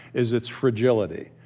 is its fragility.